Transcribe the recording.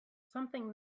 something